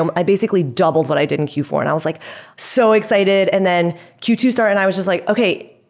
um i basically doubled what i did in q four and i was like so excited. and then q two started and i was just like, okay.